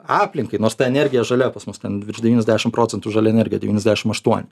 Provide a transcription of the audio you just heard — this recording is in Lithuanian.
aplinkai nors ta energija žalia pas mus ten virš devyniasdešim procentų žalia energija devyniasdešim aštuoni